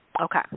Okay